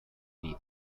uniti